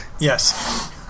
Yes